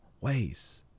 ways